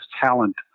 talent